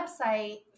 website